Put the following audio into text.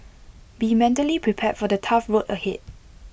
be mentally prepared for the tough road ahead